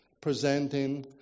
presenting